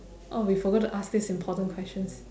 orh we forgot to ask these important questions